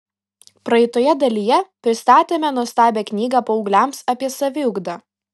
praeitoje dalyje pristatėme nuostabią knygą paaugliams apie saviugdą